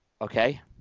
okay